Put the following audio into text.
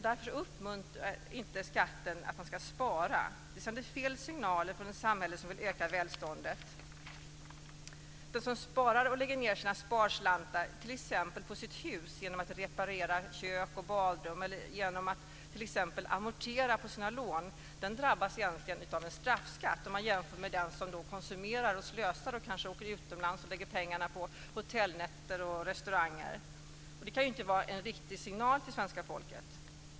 Därför uppmuntrar inte skatten till att spara. Det sänder fel signaler från ett samhälle som vill öka välståndet. Den som sparar och lägger ned sina sparslantar t.ex. på sitt hus genom att reparera kök och badrum eller genom att amortera på sina lån drabbas egentligen av en straffskatt om man jämför med den som konsumerar och slösar och kanske åker utomlands och lägger pengarna på hotellnätter och restauranger. Det kan inte vara en riktig signal till svenska folket.